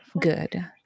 good